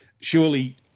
Surely